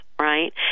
Right